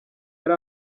yari